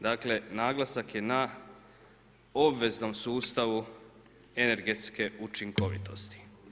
Dakle naglasak je na obveznom sustavu energetske učinkovitosti.